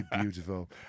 beautiful